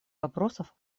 вопросов